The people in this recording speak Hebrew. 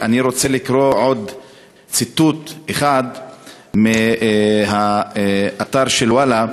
אני רוצה לקרוא עוד ציטוט אחד מהאתר "וואלה".